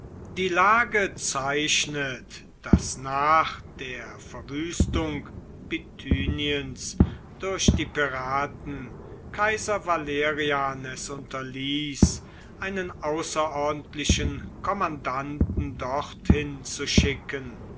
die lage zeichnet daß nach der verwüstung bithyniens durch die piraten kaiser valerian es unterließ einen außerordentlichen kommandanten dorthin zu schicken